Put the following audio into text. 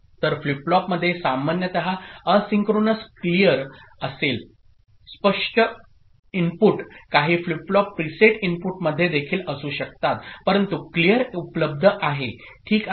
तर फ्लिप फ्लॉपमध्ये सामान्यत असिंक्रोनस क्लियर असेल स्पष्ट इनपुट काही फ्लिप फ्लॉप प्रीसेट इनपुटमध्ये देखील असू शकतात परंतु क्लिर उपलब्ध आहे ठीक आहे